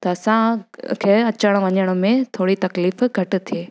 त असांखे अचण वञण में थोरी तकलीफ़ घटि थिए